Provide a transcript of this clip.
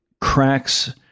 cracks